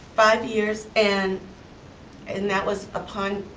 five years and and that was upon,